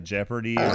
Jeopardy